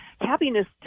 happiness